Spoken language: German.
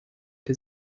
der